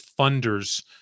funders